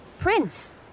Prince